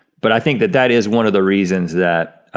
but i think that that is one of the reasons that